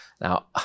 Now